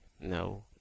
No